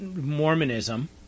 Mormonism